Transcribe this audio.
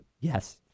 Yes